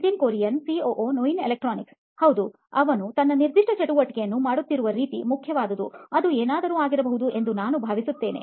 Nitin Kurian COO ನೋಯಿನ್ electronics ಹೌದು ಅವನು ತನ್ನ ನಿರ್ದಿಷ್ಟ ಚಟುವಟಿಕೆಯನ್ನು ಮಾಡುತ್ತಿರುವ ರೀತಿ ಮುಖ್ಯವಾದುದುಅದು ಏನಾದರೂ ಆಗಿರಬಹುದು ಎಂದು ನಾನು ಭಾವಿಸುತ್ತೇನೆ